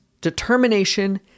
determination